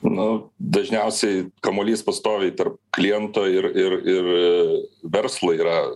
na dažniausiai kamuolys pastoviai tarp kliento ir ir ir verslui yra